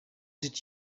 did